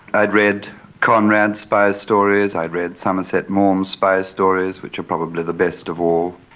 i'd read conrad's spy stories, i'd read somerset maugham's spy stories, which are probably the best of all.